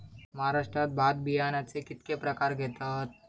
महाराष्ट्रात भात बियाण्याचे कीतके प्रकार घेतत?